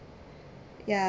ya